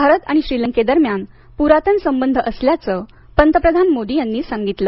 भारता आणि श्रीलंकेदरम्यान पुरातन संबंध असल्याचे पंतप्रधान मोदी यांनी सांगितलं